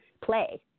play